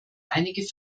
einige